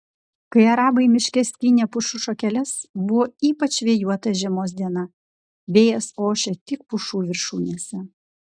kai arbatai miške skynė pušų šakeles buvo ypač vėjuota žiemos diena vėjas ošė tik pušų viršūnėse